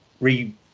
re